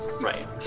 Right